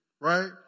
right